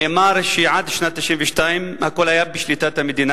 נאמר שעד שנת 1992 הכול היה בשליטת המדינה,